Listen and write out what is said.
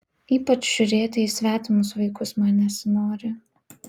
ypač žiūrėti į svetimus vaikus man nesinori